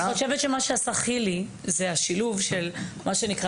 אני חושבת שמה שעשה חילי זה שילוב של חינוך